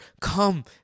come